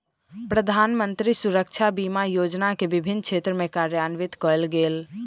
प्रधानमंत्री सुरक्षा बीमा योजना के विभिन्न क्षेत्र में कार्यान्वित कयल गेल